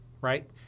right